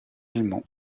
allemand